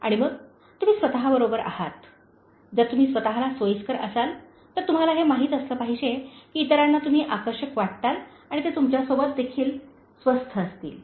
आणि मग तुम्ही स्वत बरोबर आहात जर तुम्ही स्वतला सोयीस्कर असाल तर तुम्हाला हे माहित असले पाहिजे की इतरांना तुम्ही आकर्षक वाटताल आणि ते तुमच्यासोबत देखील स्वस्थ असतील